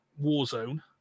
Warzone